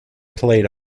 played